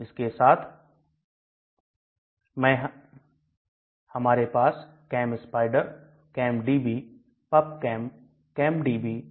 इसके साथ में हमारे पास Chemspider ChemDB PubChem ChemDB हैं